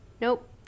Nope